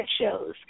shows